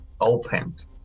opened